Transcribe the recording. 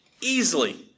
easily